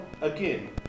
again